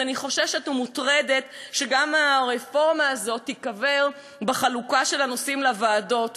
אני חוששת ומוטרדת שגם הרפורמה הזו תיקבר בחלוקה של הנושאים לוועדות.